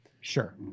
sure